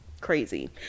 crazy